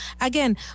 Again